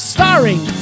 Starring